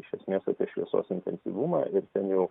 iš esmės apie šviesos intensyvumą ir ten jau